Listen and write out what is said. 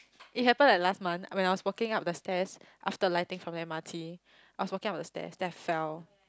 it happen like last month when I was walking up the stairs after alighting from the M_R_T I was walking up the stairs then I fell